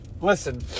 listen